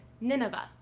Nineveh